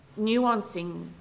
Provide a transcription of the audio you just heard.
nuancing